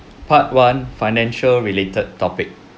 part one financial related topic